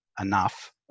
enough